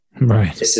Right